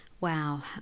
Wow